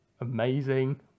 amazing